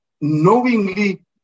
knowingly